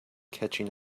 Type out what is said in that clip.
catching